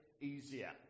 easier